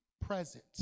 present